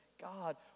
God